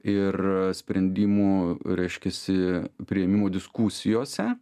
ir sprendimų reiškiasi priėmimų diskusijose